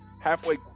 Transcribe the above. Halfway